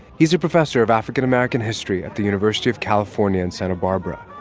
he's a professor of african american history at the university of california in santa barbara.